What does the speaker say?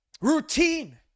routine